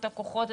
את הכוחות,